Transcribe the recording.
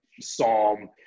psalm